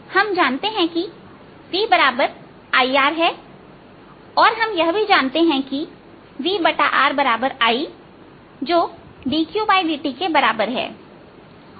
हम जानते हैं कि VIR है और हम यह भी जानते हैं कि VRIजो dQdt के बराबर हैऔर हमें Q देता है